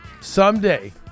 Someday